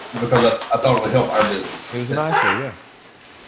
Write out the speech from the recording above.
because ah i thought it would help our business. it was nice for you, yeah.